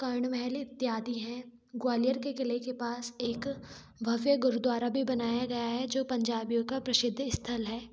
कर्ण महल इत्यादी हैं ग्वालियर के किले के पास एक भव्य गुरूद्वारा भी बनाया गया है जो पंजाबियों का प्रसिद्ध स्थल है